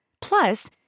Plus